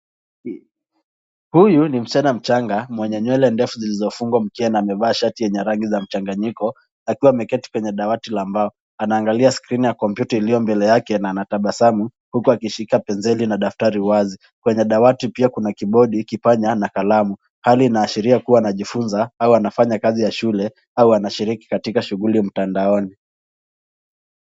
Huyu ni msichana mchanga mwenye nywele ndefu zilizofungwa mkia na amevaa shati yenye rangi za mchanganyiko, akiwa ameketi kwenye dawati la mbao. Anaangalia skrini ya kompyuta iliyo mbele yake na anatabasamu, huku akishika penseli na daftari wazi. Kwenye dawati pia kuna kibodi, kipanya na kalamu. Hali inaashiria kuwa anajifunza au anafanya kazi ya shule au anashiriki katika shughuli mtandaoni.